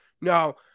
No